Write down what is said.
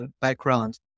background